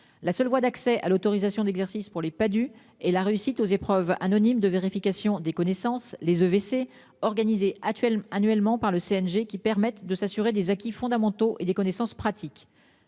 La seule voie d'accès à l'autorisation d'exercice pour les pas du et la réussite aux épreuves anonymes de vérification des connaissances, les EVC organisée actuel annuellement par le CNG qui permettent de s'assurer des acquis fondamentaux et des connaissances pratiques,